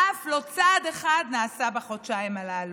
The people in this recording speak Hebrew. ואף צעד אחד לא נעשה בחודשיים הללו.